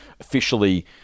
officially